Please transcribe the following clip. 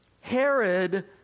Herod